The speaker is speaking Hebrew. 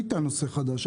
אני אטען נושא חדש.